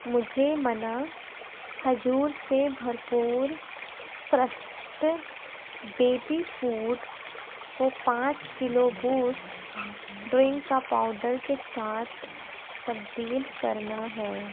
مجھے منا کھجور سے بھرپور فرسٹ بیبی فوڈ کو پانچ کلو بوسٹ ڈرنک کا پاؤڈر کے ساتھ تبدیل کرنا ہے